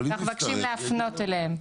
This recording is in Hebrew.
אנחנו מבקשים לפנות אליהם.